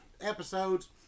episodes